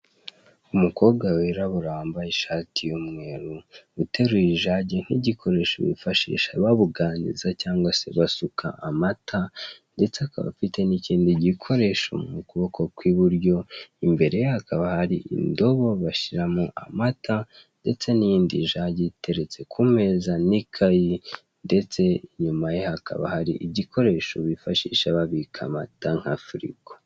Umukobwa wirabura wambaye ishati y'umweru, uteruye ijage nk'igikoresho bifashisha babuganiza amata cyangwa se basuka amata ndetse akaba afite igikoresho mu kuboko ku iburyo, imbere ye hakaba hari indobo bashyiramo amata ndetse n'indi jage iteretse ku meza n'ikayi ndetse nyuma ye hakaba hari igikoresho bifashisha babika amata nka firigo.